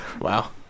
Wow